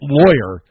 lawyer